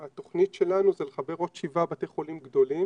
והתוכנית שלנו זה לחבר עוד שבעה בתי חולים גדולים,